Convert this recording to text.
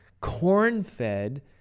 corn-fed